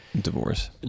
divorce